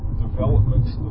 developments